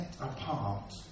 apart